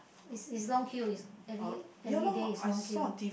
is is long queue is every everyday is long queue